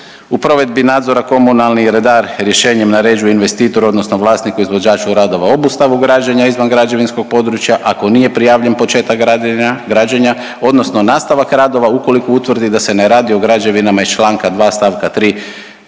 u provedbi nadzora komunalni redar rješenjem naređuje investitoru odnosno vlasniku, izvođaču radova obustavu građenja izvan građevinskog područja ako nije prijavljen početak građenja odnosno nastavak radova ukoliko utvrdi da se ne radi o građevinama iz članka 2. stavka 3.